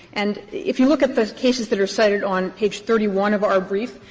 and if you look at the cases that are cited on page thirty one of our brief,